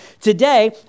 Today